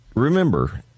Remember